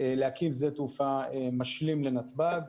להקים שדה תעופה משלים לנתב"ג.